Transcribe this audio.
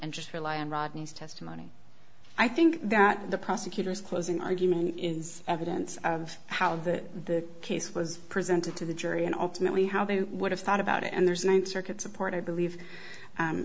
just rely on rodney's testimony i think that the prosecutor's closing argument is evidence of how the case was presented to the jury and ultimately how they would have thought about it and there's a ninth circuit supporter believe